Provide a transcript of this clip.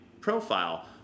profile